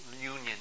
union